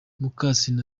mukasine